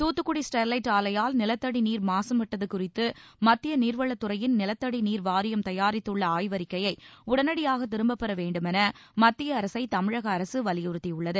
Thoothukudi Sterlite ஆலையால் நிலத்தடி நீர் மாகபட்டது குறித்து மத்திய நீர்வளத்துறையின் நிலத்தடி நீர் வாரியம் தயாரித்துள்ள ஆய்வறிக்கையை உடனடியாக திரும்பப் பெற வேண்டுமென மத்திய அரசை தமிழக அரசு வலியுறுத்தியுள்ளது